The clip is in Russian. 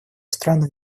страны